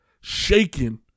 shaking